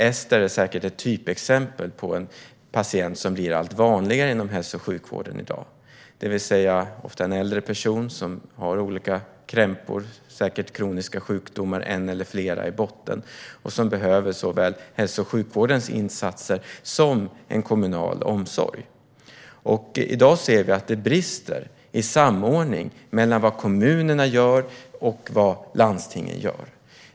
Ester är säkert ett typexempel på en patient som blir allt vanligare inom hälso och sjukvården i dag: en person, ofta äldre, som har olika krämpor och säkert en eller flera kroniska sjukdomar i botten och som behöver såväl hälso och sjukvårdens insatser som en kommunal omsorg. I dag ser vi att det brister i samordning mellan vad kommunerna gör och vad landstingen gör.